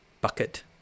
bucket